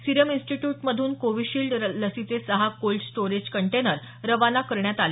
serum इन्स्टिटयूटमधून Covishield लसीचे सहा कोल्ड स्टोअरेज कंटेनर खाना करण्यात आले